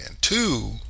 two